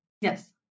Yes